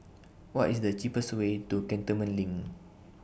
What IS The cheapest Way to Cantonment LINK